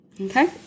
okay